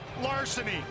larceny